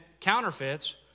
counterfeits